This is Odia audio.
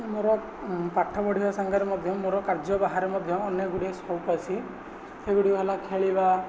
ମୋର ପାଠ ପଢ଼ିବା ସାଙ୍ଗରେ ମଧ୍ୟ ମୋର କାର୍ଯ୍ୟ ବାହାରେ ମଧ୍ୟ ଅନେକଗୁଡ଼ିଏ ସଉକ ଅଛି ସେଗୁଡ଼ିକ ହେଲା ଖେଳିବା